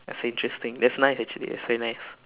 that's interesting that's nice actually that's very nice